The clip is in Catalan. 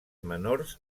menors